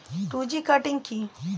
Two G cutting কি?